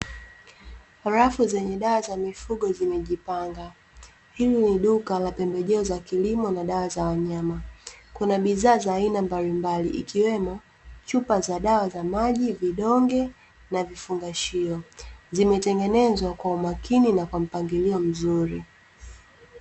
Rafu zenye dawa za mifugo zimejipanga. Hili ni duka la pembejeo za kilimo na dawa za wanyama. Kuna bidhaa za aina mbalimbali, ikiwemo chupa za dawa za maji, na vidonge, na vifungashio. Zimetengenezwa kwa umakini na kwa mpangilio mzuri.